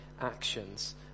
actions